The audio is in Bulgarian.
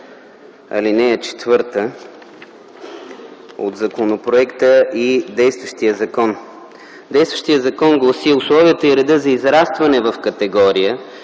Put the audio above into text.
ал. 4 от законопроекта и действащия закон. Действащият закон гласи: „Условията и редът за израстване в категория,